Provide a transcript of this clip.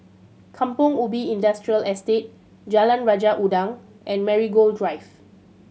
Kampong Ubi Industrial Estate Jalan Raja Udang and Marigold Drive